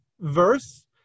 verse